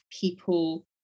people